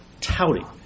touting